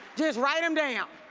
just write them down.